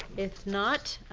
if not,